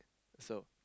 so